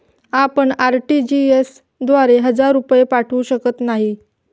आपण आर.टी.जी.एस द्वारे हजार रुपये पाठवू शकत नाही